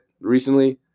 recently